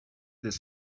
this